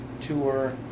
tour